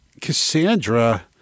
Cassandra